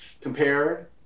compared